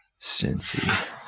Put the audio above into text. Cincy